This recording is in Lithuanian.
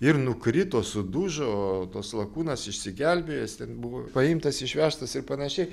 ir nukrito sudužo tos lakūnas išsigelbėjęs ten buvo paimtas išvežtas ir panašiai